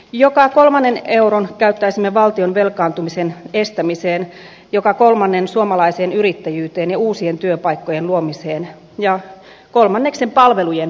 joka kolmannen euron käyttäisimme valtion velkaantumisen estämiseen joka kolmannen suomalaiseen yrittäjyyteen ja uusien työpaikkojen luomiseen ja kolmanneksen palvelujen säilyttämiseen